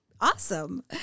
Awesome